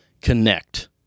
connect